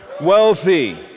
wealthy